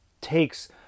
takes